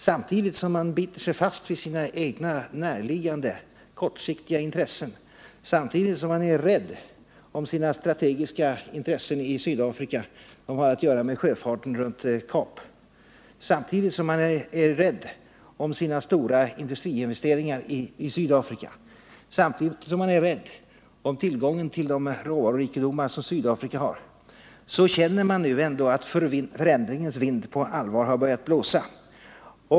Samtidigt som man biter sig fast vid sina egna näraliggande kortsiktiga intressen, samtidigt som man är rädd om sina strategiska intressen i Sydafrika som har att göra med sjöfarten runt Kap, samtidigt som man är rädd om sina stora industriinvesteringar i Sydafrika, samtidigt som man är rädd om tillgången till de råvarurikedomar som Sydafrika har, känner man nu ändå att förändringens vind på allvar har börjat blåsa.